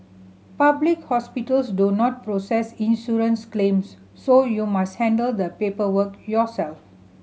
public hospitals do not process insurance claims so you must handle the paperwork yourself